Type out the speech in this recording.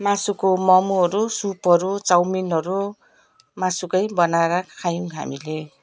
मासुको मोमोहरू सुपहरू चाउमिनहरू मासुकै बनाएर खायौँ हामीले